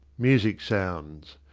music sounds.